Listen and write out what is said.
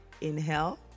inhale